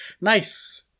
Nice